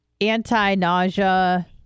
anti-nausea